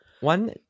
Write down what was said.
One